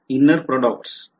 Inner products बरोबर